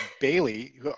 Bailey